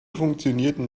funktionierten